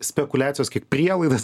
spekuliacijos kiek prielaidas